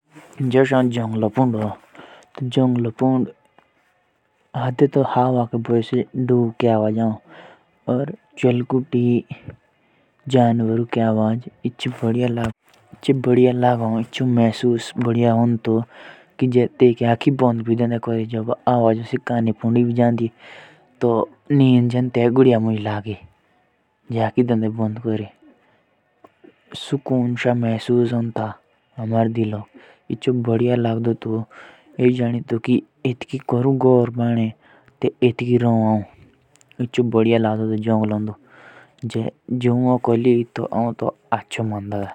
जब आऊ जंगळपुद जौ तो तैके तोंडे हवा चलो। शुभ हवा मिलो और अलग अलग चोलकुटी के आवाजो आओ जेतुलिया जे आऊ आखी बंद क्रेकोरी बोतला तो तुरंत निद पो जड़े आये।